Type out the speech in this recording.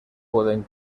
poden